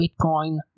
Bitcoin